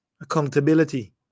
Accountability